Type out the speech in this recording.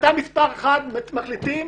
החלטה ראשונה מחליטים